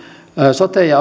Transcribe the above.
sote ja